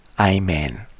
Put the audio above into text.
Amen